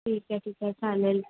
ठीक आहे ठीक आहे चालेल